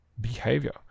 behavior